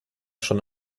schon